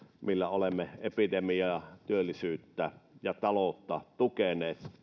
millä olemme epidemiaa hoitaneet sekä työllisyyttä ja taloutta tukeneet